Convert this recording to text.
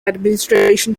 administration